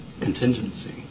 contingency